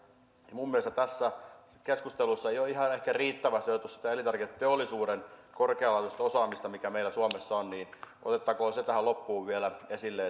minun mielestäni tässä keskustelussa ei ole ihan ehkä riittävästi otettu esille sitä elintarviketeollisuuden korkealaatuista osaamista mikä meillä suomessa on niin otettakoon se tähän loppuun vielä esille